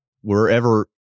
wherever